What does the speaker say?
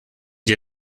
dir